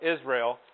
Israel